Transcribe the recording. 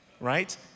right